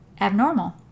abnormal